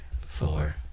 four